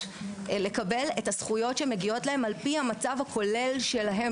לקבל את הזכויות המגיעות להם על פי המצב הכולל שלהם,